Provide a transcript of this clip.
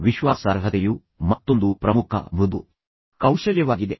ವಿಶ್ವಾಸಾರ್ಹತೆಯು ಮತ್ತೊಂದು ಪ್ರಮುಖ ಮೃದು ಕೌಶಲ್ಯವಾಗಿದೆ